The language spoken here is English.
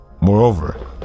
moreover